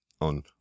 on